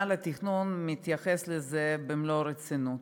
מינהל התכנון מתייחס לזה במלוא הרצינות,